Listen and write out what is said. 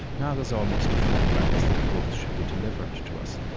now there's almost a feeling like as though growth should be delivered to us.